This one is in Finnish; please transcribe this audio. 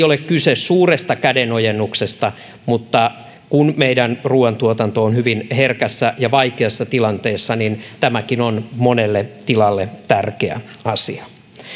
ole kyse suuresta kädenojennuksesta mutta kun meidän ruuantuotantomme on hyvin herkässä ja vaikeassa tilanteessa niin tämäkin on monelle tilalle tärkeä asia